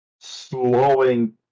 slowing